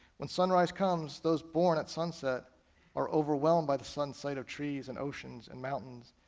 when sunrise comes, those born at sunset are overwhelmed by the sudden sight of trees and oceans and mountains.